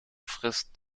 frisst